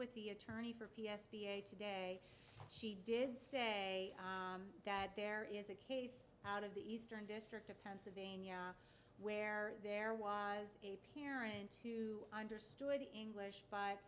with the attorney for p s p a today she did say that there is a case out of the eastern district of pennsylvania where there was a parent to understood english b